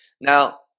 Now